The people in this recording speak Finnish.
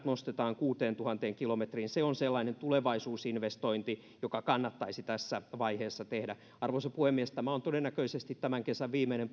nostetaan kuuteentuhanteen kilometriin se on sellainen tulevaisuusinvestointi joka kannattaisi tässä vaiheessa tehdä arvoisa puhemies kun tämä on todennäköisesti tämän kesän viimeinen